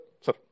sir